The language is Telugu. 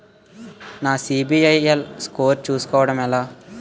నా సిబిఐఎల్ స్కోర్ చుస్కోవడం ఎలా?